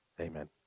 Amen